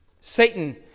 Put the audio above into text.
Satan